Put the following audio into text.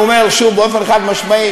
בואו נקרא לילד בשמו.